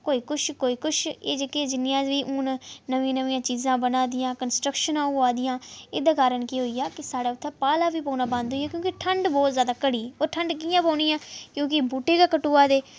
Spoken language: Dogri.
कोई कुश कोई कुश एह् जेह्कियां बी हून जिन्नियां नमियां नमियां चीजां बना दियां कन्सट्रंक्शना होआ दियां एह्दे कारण केह् होईया कि साढ़ै उत्थै पाला बी पौना बंद होईया क्योंकि ठंड बोह्त जैदा घटी फिर ठंड कियां पौनी ऐ क्योंकि बूह्टे गै कटोआ दे